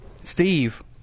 Steve